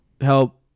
help